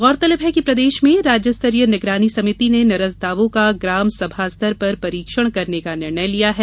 गौरतलब है कि प्रदेश में राज्य स्तरीय निगरानी समिति ने निरस्त दावों का ग्राम सभा स्तर पर परीक्षण करने का निर्णय लिया है